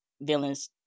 villains